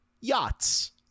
yachts